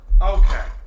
Okay